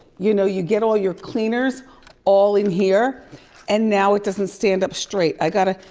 you know, you get all your cleaners all in here and now it doesn't stand up straight, i gotta.